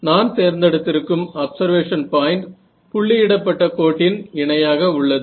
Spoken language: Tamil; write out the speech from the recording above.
நான் தேர்ந்தெடுத்திருக்கும் அப்சர்வேஷன் பாயிண்ட் புள்ளியிடப்பட்ட கோட்டின் இணையாக உள்ளது